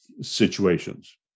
situations